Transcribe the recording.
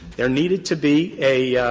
there needed to be a